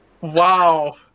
Wow